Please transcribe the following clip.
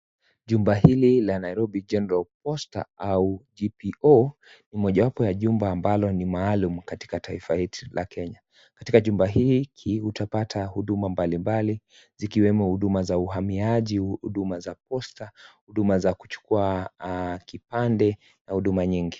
Chumba hili la Nairobi General posta au GPO ni mojawapo ya chumba ambalo ni maalum katika taifa yetu la Kenya. Katika chumba hii, utapata huduma mbalimbali zikiwemo huduma za uhamiaji, huduma za posta, huduma za kuchukua kipande na huduma nyingi.